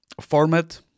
format